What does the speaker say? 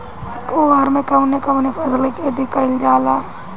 कुवार में कवने कवने फसल के खेती कयिल जाला?